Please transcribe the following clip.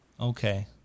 Okay